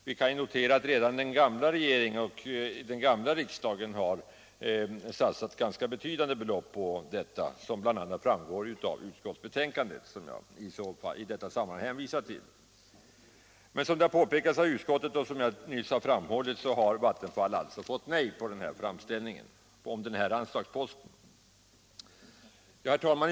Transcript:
Vi kan notera att redan den gamla regeringen och den gamla riksdagen har satsat ganska betydande belopp på detta, vilket framgår av utskottsbetänkandet som jag i detta sammanhang hänvisar till.